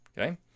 Okay